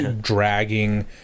dragging